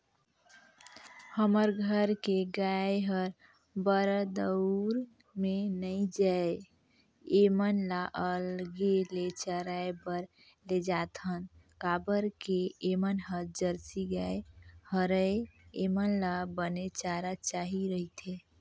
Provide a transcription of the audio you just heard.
हमर घर के गाय हर बरदउर में नइ जाये ऐमन ल अलगे ले चराए बर लेजाथन काबर के ऐमन ह जरसी गाय हरय ऐेमन ल बने चारा चाही रहिथे